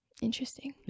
Interesting